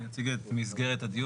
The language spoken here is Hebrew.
אני אציג את מסגרת הדיון: